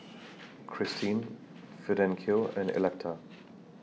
Kristine Fidencio and Electa